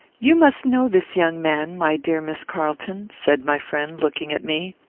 you must know this young man, my dear miss carlton, said my friend, looking at me